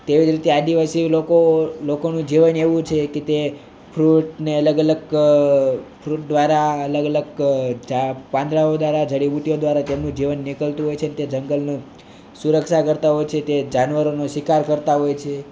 તેવી જ રીતે આદિવાસી લોકો લોકોનું જીવન એવું છે કે ફ્રૂટને અલગ અલગ ફ્રૂટ દ્વારા અલગ અલગ ચા પાંદડાઓ દ્વારા અને જડીબુટ્ટીઓ દ્વારા તેમનું જીવન નીકળતું હોય છે ને તે જંગલનું સુરક્ષા કરતા હોય છે તે જાનવરોનો શિકાર કરતા હોય છે